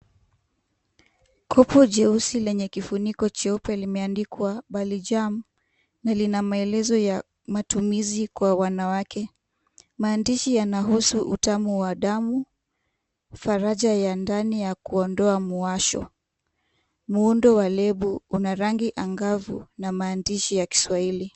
Kopu jeusi lenye kifuniko cheupe, limeandikwa Balijam, na lina maelezo ya matumizi kwa wanawake. Maandishi yanahusu utamu wa damu, faraja ya ndani ya kuondoa muwasho. Muundo wa lebo una rangi angavu, na maandishi ya kiswahili.